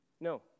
No